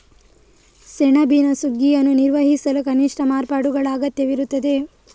ಸೆಣಬಿನ ಸುಗ್ಗಿಯನ್ನು ನಿರ್ವಹಿಸಲು ಕನಿಷ್ಠ ಮಾರ್ಪಾಡುಗಳ ಅಗತ್ಯವಿರುತ್ತದೆ